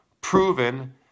proven